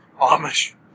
Amish